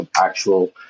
actual